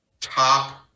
top